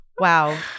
Wow